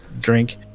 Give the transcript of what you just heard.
drink